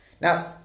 Now